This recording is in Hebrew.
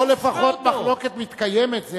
פה לפחות מחלוקת מתקיימת,